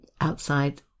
outside